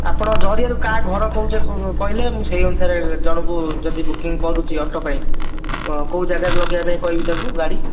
ଆପଣ ଜରିଆରୁ କାହା ଘର କହୁଛ କହିଲେ ସେଇ ଅନୁସାରେ ମୁଁ ଜଣୁକୁ ଯଦି ବୁକିଂ କରୁଛି ଅଟୋ ପାଇଁ ତ କେଉଁ ଜାଗାରେ ଲଗାଇବା ପାଇଁ କହିବି ତାକୁ ଗାଡ଼ି